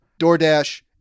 DoorDash